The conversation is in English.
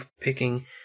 picking